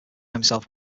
himself